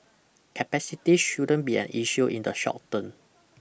capacity shouldn't be an issue in the short term